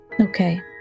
Okay